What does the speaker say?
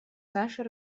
нашей